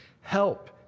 Help